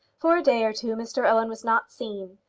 for a day or two mr owen was not seen.